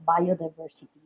biodiversity